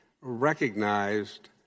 recognized